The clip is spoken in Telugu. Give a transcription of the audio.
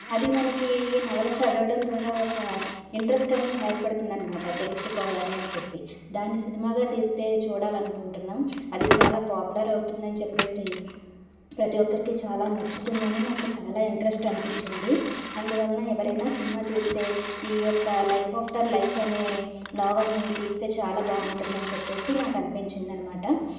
అది మనకి ఈ నవల చదవడం ద్వారా ఒక ఇంట్రెస్ట్ అనేది ఏర్పడుతుందనమాట తెలుసుకోవాలి అని చెప్పి దాన్ని సినిమాగా తీస్తే చూడాలనుకుంటున్నాం అది చాలా పాపులర్ అవుతుందని చెప్పేసి ప్రతి ఒక్కరికి చాలా నచ్చుతుందని నాకు చాలా ఇంట్రెస్ట్ అనిపించింది అందువలన ఎవరైనా సినిమా తీస్తే ఈ యొక్క లైఫ్ ఆఫ్టర్ లైఫ్ అనే నవల్ని తీస్తే చాలా బాగుంటుంది అని చెప్పేసి నాకు అనిపించింది అనమాట